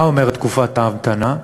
מה אומרת תקופת ההמתנה?